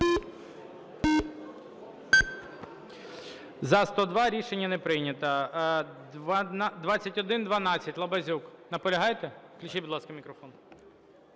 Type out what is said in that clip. За-102 Рішення не прийнято. 2112, Лабазюк. Наполягаєте? Включіть, будь ласка, мікрофон.